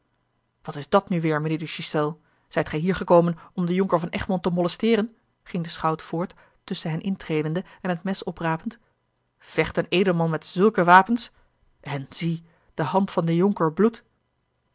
wat is dat nù weêr mijnheer de ghiselles zijt gij hier gekomen om den jonker van egmond te molesteeren ging de schout voort tusschen hen intredende en het mes oprapend vecht een edelman met zulke wapens en zie de hand van den jonker bloedt